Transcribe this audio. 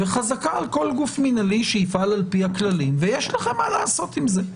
חזקה על כל גוף מינהלי שיפעל על פי הכללים ויש לכם מה לעשות עם זה.